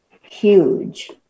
Huge